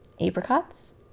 apricots